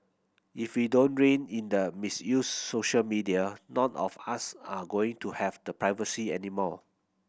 if we don't rein in the misuse social media none of us are going to have the privacy anymore